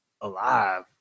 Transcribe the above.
alive